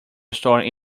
storing